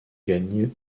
gagné